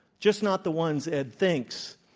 just not the ones ed thinks.